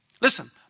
Listen